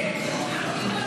כן, כן.